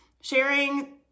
sharing